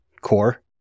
core